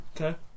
Okay